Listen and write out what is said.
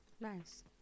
nice